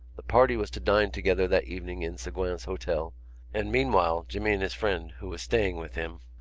the party was to dine together that evening in segouin's hotel and, meanwhile, jimmy and his friend, who was staying with him,